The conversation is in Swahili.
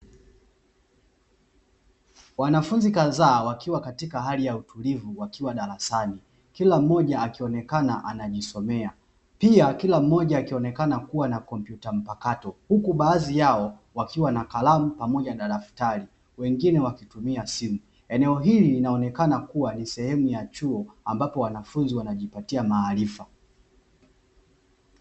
Wanafunzi kadhaa wakiwa katika hali ya utulivu wakiwa darasani, kila mmoja akionekana anajisomea pia kila mmoja akionekana kuwa na kompyuta mpakato, huku baadhi yao wakiwa na kalamu pamoja na daftari, wengine wakitumia simu. Eneo hili linaonekana kuwa ni sehemu ya chuo, ambapo wanafunzi wanajipatia maarifa.